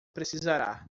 precisará